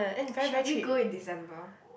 shall we go in December